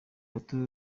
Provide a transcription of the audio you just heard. bato